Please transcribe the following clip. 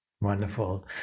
Wonderful